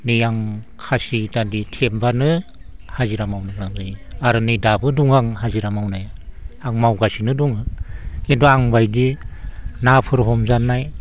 नै आं खासि दादि थेबब्लानो हाजिरा मावनो लांजायो आरो नै दाबो दं आं हाजिरा मावनाय आं मावगासिनो दङ खिन्थु आं बायदि नाफोर हमजानाय